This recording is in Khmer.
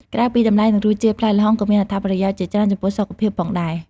ក្រៅពីតម្លៃ និងរសជាតិ ផ្លែល្ហុងក៏មានអត្ថប្រយោជន៍ជាច្រើនចំពោះសុខភាពផងដែរ។